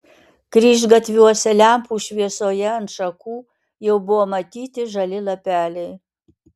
kryžgatviuose lempų šviesoje ant šakų jau buvo matyti žali lapeliai